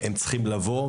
כל השותפים צריכים לבוא.